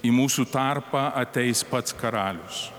į mūsų tarpą ateis pats karalius